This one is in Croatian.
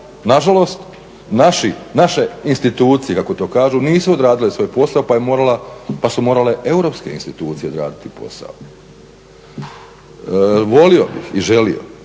nažalost naše institucije kako to kažu nisu odradile svoj posao pa su morale europske institucije odraditi svoj posao. Volio bih i želio